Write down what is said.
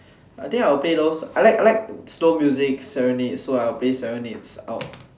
I think I will play those I like I like slow music serenades so like I'll play serenades out